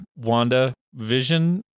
WandaVision